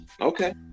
okay